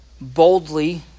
boldly